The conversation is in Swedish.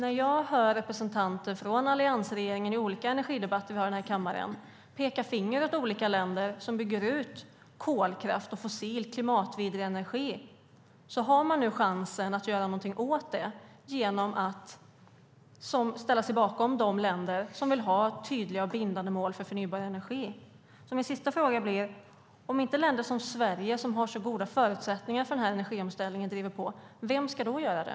I olika energidebatter som vi har haft här i kammaren har jag sett representanter från alliansregeringen peka finger åt länder som bygger ut kolkraft och fossil, klimatvidrig energi. Nu har man chansen att göra någonting åt det genom att ställa sig bakom de länder som vill ha tydliga och bindande mål för förnybar energi. Min sista fråga blir: Om inte länder som Sverige, som har så goda förutsättningar för den här energiomställningen, driver på, vem ska då göra det?